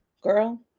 Girl